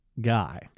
guy